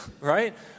right